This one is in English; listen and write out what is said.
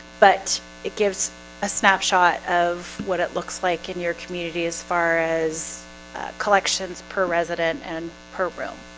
but it gives a snapshot of what it looks like in your community as far as collections per resident and per room